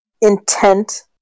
intent